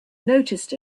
noticed